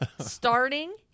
Starting